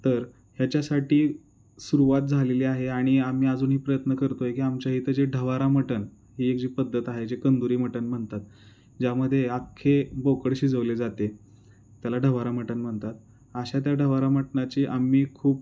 तर ह्याच्यासाठी सुरुवात झालेली आहे आणि आम्ही अजूनही प्रयत्न करतो आहे की आमच्या इथं जे ढवारा मटन ही एक जी पद्धत आहे जे कंदुरी मटन म्हणतात ज्यामध्ये आख्खे बोकड शिजवले जाते त्याला ढवारा मटन म्हणतात अशा त्या ढवारा मटनाची आम्ही खूप